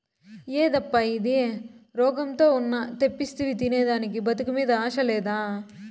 యేదప్పా ఇది, రోగంతో ఉన్న తెప్పిస్తివి తినేదానికి బతుకు మీద ఆశ లేదా